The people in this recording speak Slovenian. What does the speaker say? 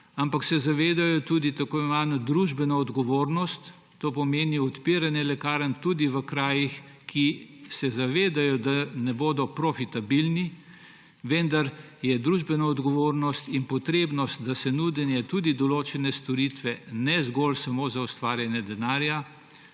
ampak se zavedajo tudi družbene odgovornost. To pomeni odpiranje lekarn tudi v krajih, kjer se zavedajo, da ne bodo profitabilni, vendar je družbena odgovornost in potreba, da se nudi tudi določene storitve ne zgolj samo za ustvarjanje denarja.